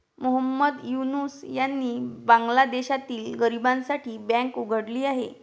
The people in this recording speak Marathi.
मोहम्मद युनूस यांनी बांगलादेशातील गरिबांसाठी बँक उघडली आहे